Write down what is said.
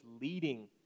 leading